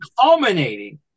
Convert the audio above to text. culminating